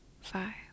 five